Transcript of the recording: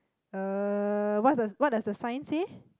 uh what does what does the sign say